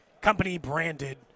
company-branded